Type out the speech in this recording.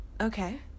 okay